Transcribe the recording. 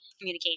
communication